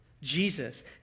Jesus